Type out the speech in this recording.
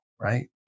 right